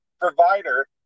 provider